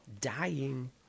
dying